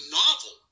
novel